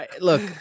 Look